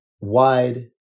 wide